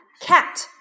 cat